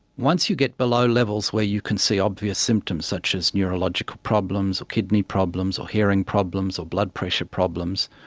once you get below levels where you can see obvious symptoms such as neurological problems or kidney problems or hearing problems or blood pressure problems,